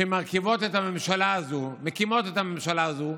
שמרכיבות את הממשלה הזאת, מקימות את הממשלה הזאת,